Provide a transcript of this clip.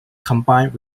combined